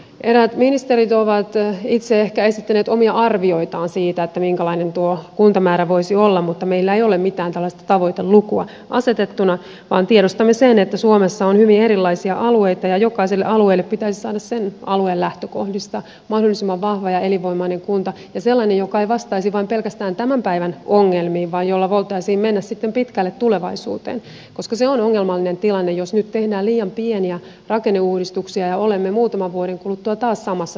eräät ministerit ovat itse ehkä esittäneet omia arvioitaan siitä minkälainen tuo kuntamäärä voisi olla mutta meillä ei ole mitään tällaista tavoitelukua asetettuna vaan tiedostamme sen että suomessa on hyvin erilaisia alueita ja jokaiselle alueelle pitäisi saada sen alueen lähtökohdista mahdollisimman vahva ja elinvoimainen kunta ja sellainen joka ei vastaisi pelkästään tämän päivän ongelmiin vaan jolla voitaisiin mennä sitten pitkälle tulevaisuuteen koska se on ongelmallinen tilanne jos nyt tehdään liian pieniä rakenneuudistuksia ja olemme muutaman vuoden kuluttua taas samassa tilanteessa